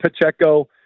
Pacheco